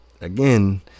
again